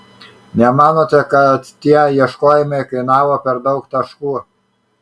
nemanote kad tie ieškojimai kainavo per daug taškų